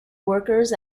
workers